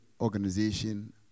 organization